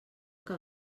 que